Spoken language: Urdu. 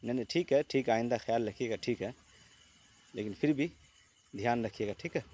نہیں نہیں ٹھیک ہے ٹھیک ہے آئندہ خیال رکھیے گا ٹھیک ہے لیکن پھر بھی دھیان رکھیے گا ٹھیک ہے